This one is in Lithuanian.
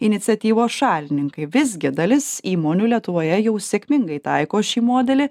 iniciatyvos šalininkai visgi dalis įmonių lietuvoje jau sėkmingai taiko šį modelį